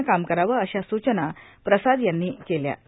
नं काम करावं अशा सूचना प्रसाद यांनी केल्यात